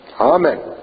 Amen